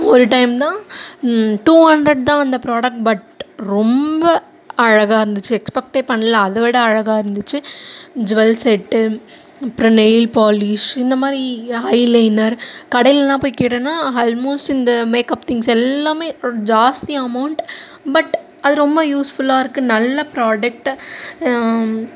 ஒரு டைம் தான் two hundred தான் அந்த ப்ராடக்ட் பட் ரொம்ப அழகாக இருந்துச்சு எக்ஸ்பெக்ட்டே பண்ணல அதைவிட அழகாக இருந்துச்சு ஜுவெல் செட்டு அப்புறம் நெயில் பாலிஷ் இந்தமாதிரி ஐ லைனர் கடையிலெல்லாம் போய் கேட்டோன்னால் அல்மோஸ்ட்டு இந்த மேக்கப் திங்ஸ் எல்லாமே ஒரு ஜாஸ்தி அமௌண்ட் பட் அது ரொம்ப யூஸ்ஃபுல்லாக இருக்குது நல்ல ப்ராடக்ட்டு